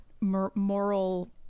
moral